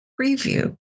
preview